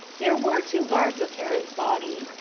there were two guards of herod's body,